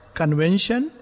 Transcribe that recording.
convention